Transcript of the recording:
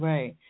Right